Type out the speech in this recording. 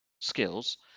skills